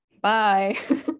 bye